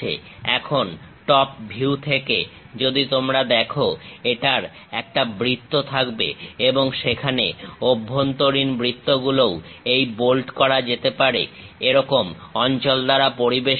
এখন top view থেকে যদি তোমরা দেখো এটার একটা বৃত্ত থাকবে এবং সেখানে অভ্যন্তরীণ বৃত্তগুলোও এই বোল্ট করা যেতে পারে এরকম অঞ্চল দ্বারা পরিবেষ্টিত আছে